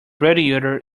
radiator